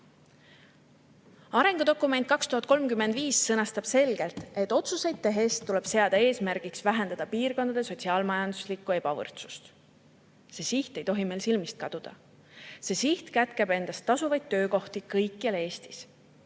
kuni aastani 2035 sõnastab selgelt, et otsuseid tehes tuleb seada eesmärgiks vähendada piirkondade sotsiaal-majanduslikku ebavõrdsust. See siht ei tohi meil silmist kaduda. See siht kätkeb endas tasuvaid töökohti kõikjal Eestis.